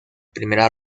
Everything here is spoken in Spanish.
primera